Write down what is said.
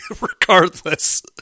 Regardless